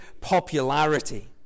popularity